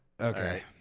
Okay